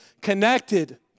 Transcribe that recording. connected